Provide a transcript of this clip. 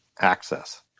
access